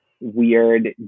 weird